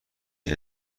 این